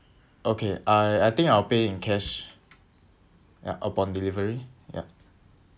okay I I think I'll pay in cash ya upon delivery ya